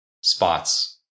spots